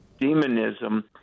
demonism